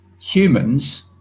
humans